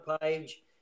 page